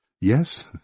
Yes